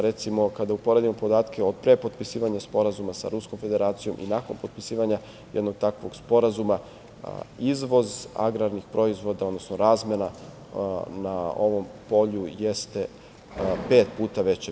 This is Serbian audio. Recimo, kada uporedimo podatke od pre potpisivanja Sporazuma sa Ruskom Federacijom i nakon potpisivanja jednog takvog sporazuma, izvoz agrarnih proizvoda, odnosno razmena na ovom polju jeste pet puta veća.